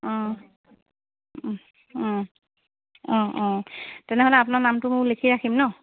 অঁ অঁ অঁ অঁ তেনেহ'লে আপোনাৰ নামটো লিখি ৰাখিম ন'